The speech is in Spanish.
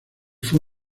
fue